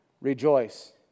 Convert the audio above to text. rejoice